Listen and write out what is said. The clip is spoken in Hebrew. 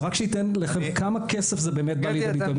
רק שייתן לכם כמה כסף זה באמת בא לידי ביטוי.